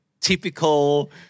typical